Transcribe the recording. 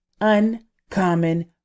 Uncommon